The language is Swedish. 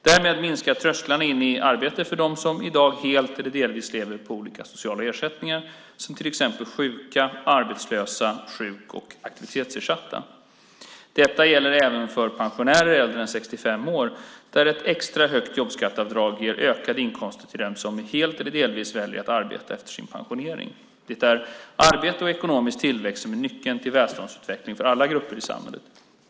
Därmed minskar trösklarna in i arbete för dem som i dag helt eller delvis lever på olika sociala ersättningar som till exempel sjuka, arbetslösa och sjuk och aktivitetsersatta. Detta gäller även för pensionärer äldre än 65 år, där ett extra högt jobbskatteavdrag ger ökade inkomster till dem som helt eller delvis väljer att arbeta efter sin pensionering. Det är arbete och ekonomisk tillväxt som är nyckeln till välståndsutvecklingen för alla grupper i samhället.